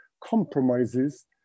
compromises